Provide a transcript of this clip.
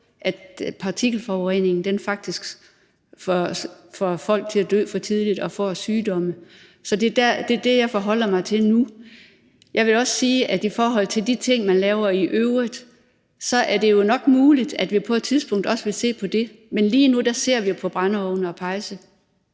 at partikelforureningen faktisk giver folk sygdomme og får dem til at dø for tidligt. Så det er det, jeg forholder mig til nu. Jeg vil også sige, at i forhold til de ting, man laver i øvrigt, er det jo nok muligt, at vi på et tidspunkt også vil se på det, men lige nu ser vi på brændeovne og pejse.